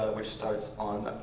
which starts on